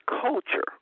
culture